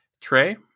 Trey